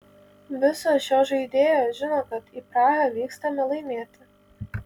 visos žaidėjos žino kad į prahą vykstame laimėti